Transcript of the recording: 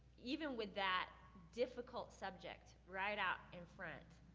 even with that difficult subject right out in front,